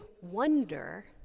wonder